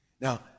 Now